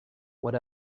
what